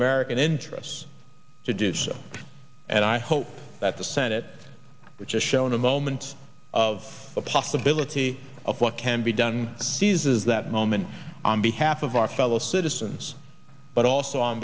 american interests to do so and i hope that the senate which is shown a moment of a possibility of what can be done seizes that moment on behalf of our fellow citizens but also on